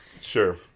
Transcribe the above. sure